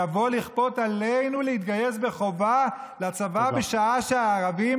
יבואו לכפות עלינו להתגייס בחובה לצבא בשעה שהערבים